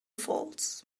falls